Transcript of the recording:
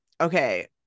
Okay